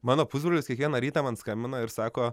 mano pusbrolis kiekvieną rytą man skambina ir sako